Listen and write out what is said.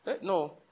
No